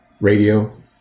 radio